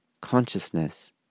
consciousness